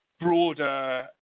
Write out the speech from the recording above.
broader